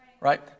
right